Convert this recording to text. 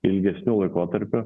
ilgesniu laikotarpiu